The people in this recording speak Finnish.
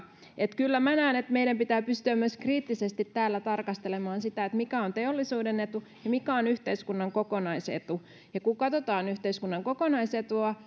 kyllä minä näen että meidän pitää pystyä myös kriittisesti täällä tarkastelemaan sitä mikä on teollisuuden etu ja mikä on yhteiskunnan kokonaisetu kun katsotaan yhteiskunnan kokonaisetua